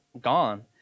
gone